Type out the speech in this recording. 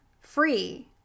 free